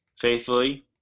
Faithfully